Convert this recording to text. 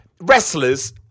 wrestlers